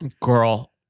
girl